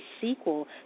sequel